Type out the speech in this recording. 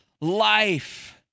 life